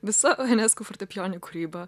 visa enesku fortepijoninė kūryba